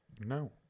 No